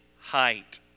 height